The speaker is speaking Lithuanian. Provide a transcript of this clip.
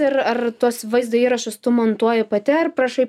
ir ar tuos vaizdo įrašus tu montuoji pati ar prašai